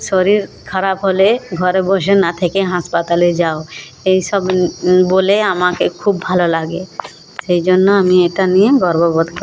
শরীর খারাপ হলে ঘরে বসে না থেকে হাসপাতালে যাও এই সব বলে আমাকে খুব ভালো লাগে সেই জন্য আমি এটা নিয়ে গর্ববোধ